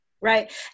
Right